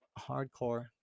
hardcore